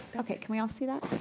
okay can we all see that?